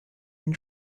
and